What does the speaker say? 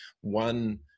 one